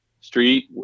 Street